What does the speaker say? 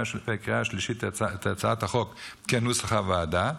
ובקריאה השלישית את הצעת החוק כנוסח הוועדה,